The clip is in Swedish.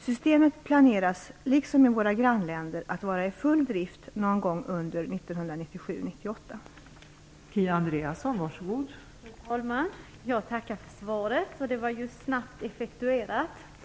Systemet planeras liksom i våra grannländer att vara i full drift någon gång under 1997-1998.